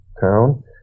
town